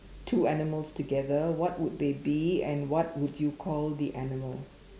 two animals together what would they be and what would you call the animal